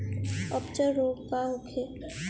अपच रोग का होखे?